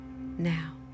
Now